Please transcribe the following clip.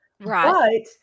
Right